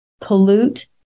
pollute